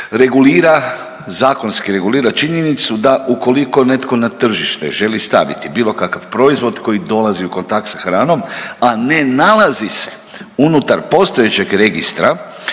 regulira, zakonski regulira činjenicu da ukoliko netko na tržište želi staviti bilo kakav proizvod koji dolazi u kontakt sa hranom, a ne nalazi se unutar postojećeg registra,